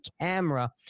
camera